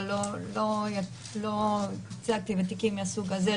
אבל לא ייצגתי בתיקים מהסוג הזה,